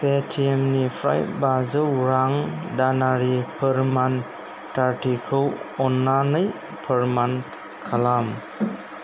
पेटिएमनिफ्राय बाजौ रां दानारि फोरमान थाथिखौ अन्नानै फोरमान खालाम